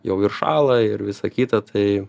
jau ir šąla ir visa kita tai